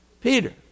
Peter